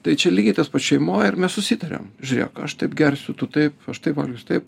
tai čia lygiai tas pats šeimoj ar ne susitariam žiūrėk aš taip gersiu tu taip aš taip valgysiu taip